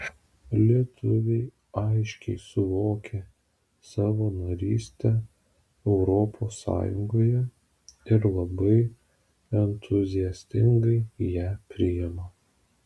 lietuviai aiškiai suvokė savo narystę europos sąjungoje ir labai entuziastingai ją priima